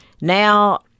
now